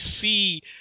see